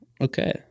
Okay